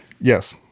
Yes